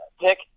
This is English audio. pick